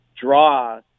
draw